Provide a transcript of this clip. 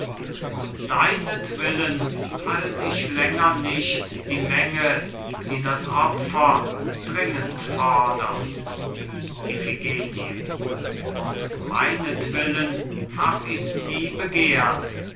um deinetwillen halt ich länger nicht die menge die das opfer dringend fordert iphigenie um meinetwillen hab ich's nie begehrt